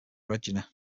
regina